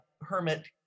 hermit